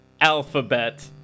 Alphabet